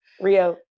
Rio